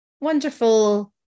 wonderful